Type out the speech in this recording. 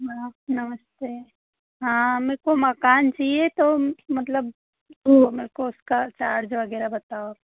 हाँ नमस्ते हाँ मुझको मकान चाहिए तो मतलब मुझको उसका चार्ज वगैराह बताओ